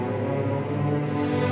or